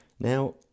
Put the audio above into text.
Now